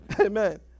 Amen